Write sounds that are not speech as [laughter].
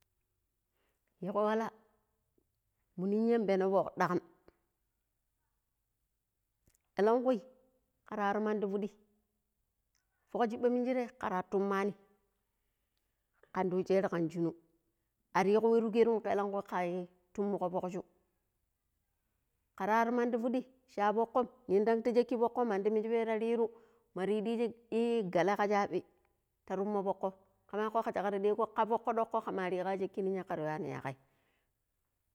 ﻿Yiiko wala mu ninyan peeno fok ɗaakam elankui karoro mani piɗi. Fok shiɓɓammishere kara tummani kan di yu sheer kan shinu ar yi we tugaitum ka enankui ka toomogo, fokju, kararo mandi pidi shi a fokkoru yinɗan ta shakki fokko mani. Mijiban ta riru mara yi diiji [hesitation] gele ka shaaɓi ta toomo fokko kama kakko kar ɗeeko ka fokko dokko kama riko ya shakki ninya kar yuani yakei.